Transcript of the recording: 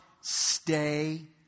stay